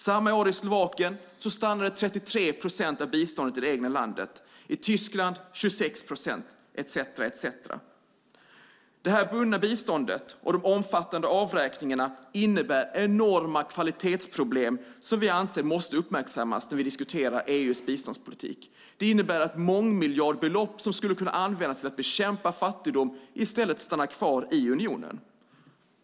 Samma år i Slovakien stannade 33 procent av biståndet i det egna landet. I Tyskland var det 26 procent etcetera. Det här bundna biståndet och de omfattande avräkningarna innebär enorma kvalitetsproblem som vi anser måste uppmärksammas när vi diskuterar EU:s biståndspolitik. Det innebär att mångmiljardbelopp som skulle kunna användas till att bekämpa fattigdom i stället stannar kvar i unionen.